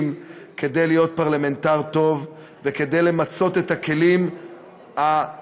כדי להיות פרלמנטר טוב וכדי למצות את הכלים הקיימים,